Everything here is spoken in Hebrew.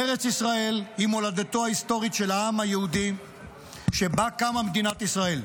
ארץ ישראל היא מולדתו ההיסטורית של העם היהודי שבה קמה מדינת ישראל.